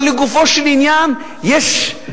אבל לגופו של עניין, יש,